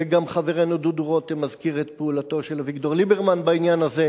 וגם חברנו דודו רותם מזכיר את פעולתו של אביגדור ליברמן בעניין הזה,